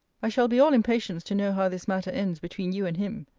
i shall be all impatience to know how this matter ends between you and him.